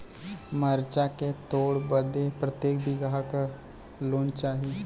मरचा के तोड़ बदे प्रत्येक बिगहा क लोग चाहिए?